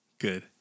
good